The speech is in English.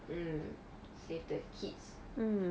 mm save the kids